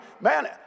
man